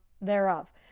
thereof